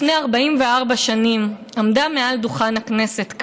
לפני 44 שנים עמדה כאן, על דוכן הכנסת,